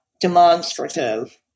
demonstrative